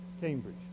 Cambridge